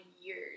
years